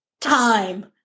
time